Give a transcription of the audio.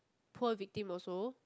poor victim also